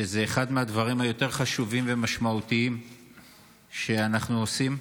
שזה אחד מהדברים היותר-חשובים ומשמעותיים שאנחנו עושים.